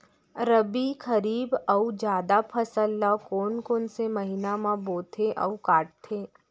रबि, खरीफ अऊ जादा फसल ल कोन कोन से महीना म बोथे अऊ काटते?